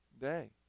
day